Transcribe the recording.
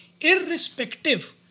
irrespective